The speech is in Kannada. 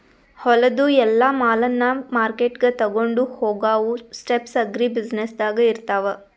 ಹೊಲದು ಎಲ್ಲಾ ಮಾಲನ್ನ ಮಾರ್ಕೆಟ್ಗ್ ತೊಗೊಂಡು ಹೋಗಾವು ಸ್ಟೆಪ್ಸ್ ಅಗ್ರಿ ಬ್ಯುಸಿನೆಸ್ದಾಗ್ ಇರ್ತಾವ